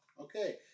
okay